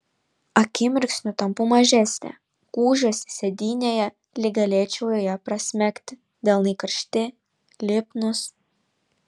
akimirksniu tampu mažesnė gūžiuosi sėdynėje lyg galėčiau joje prasmegti delnai karšti lipnūs